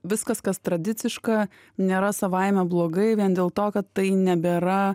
viskas kas tradiciška nėra savaime blogai vien dėl to kad tai nebėra